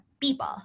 people